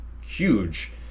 huge